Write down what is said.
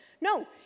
No